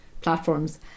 platforms